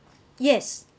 yes